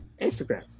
Instagram